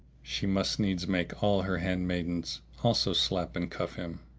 she must needs make all her handmaidens also slap and cuff him,